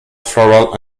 floral